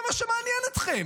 וזה מה שמעניין אתכם,